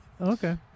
Okay